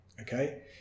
okay